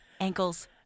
ankles